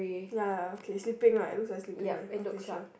ya ya ya okay sleeping right looks like sleeping eh okay sure